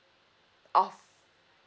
of